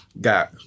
got